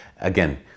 again